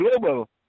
global